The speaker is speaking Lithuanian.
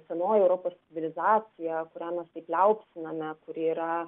senoji europos civilizacija kurią mes taip liaupsiname kuri yra